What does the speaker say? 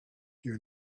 you